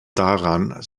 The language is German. daran